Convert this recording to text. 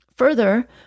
Further